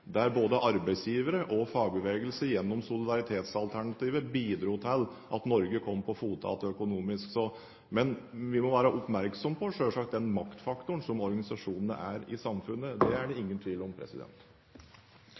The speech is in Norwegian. både arbeidsgivere og fagbevegelse gjennom solidaritetsalternativet til at Norge kom på fote igjen økonomisk. Men vi må selvsagt være oppmerksom på den maktfaktoren som disse organisasjonene er i samfunnet. Det er det